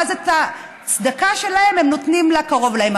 ואז את הצדקה שלהם הם נותנים לקרוב להם.